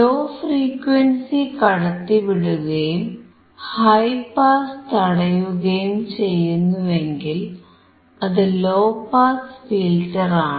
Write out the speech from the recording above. law frequency കടത്തിവിടുകയും high pass തടയുകയും ചെയ്യുന്നുവെങ്കിൽ അത് ലോ പാസ് ഫിൽറ്ററാണ്